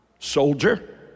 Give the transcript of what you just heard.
Soldier